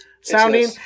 sounding